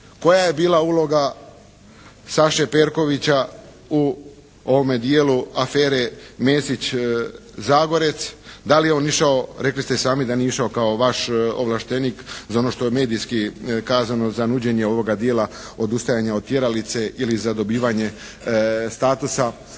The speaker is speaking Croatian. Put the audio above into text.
koja je bila uloga Saše Perkovića u ovome dijelu afere Mesić-Zagorec. Da li je on išao, rekli ste i sami da nije išao kao vaš ovlaštenik za ono što je medijski kazano za nuđenje ovoga dijela odustajanja od tjeralice ili za dobivanje statusa